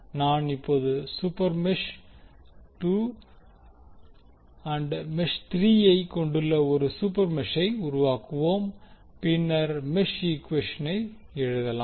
நாம் இப்போது மெஷ் 2 மற்றும் மெஷ் 3 யை கொண்டுள்ள ஒரு சூப்பர்மெஷ்ஷை உருவாக்குவோம் பின்னர் மெஷ் ஈக்குவேஷனை எழுதலாம்